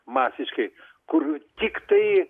masiškai kur tiktai